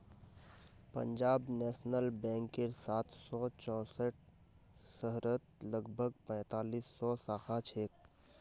Punjab national बैंकेर सात सौ चौसठ शहरत लगभग पैंतालीस सौ शाखा छेक